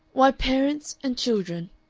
why parents and children.